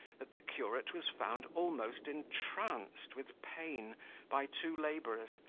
that the curate was found almost entranced with pain by two labourers,